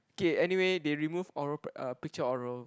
okay anyway they removed oral uh picture oral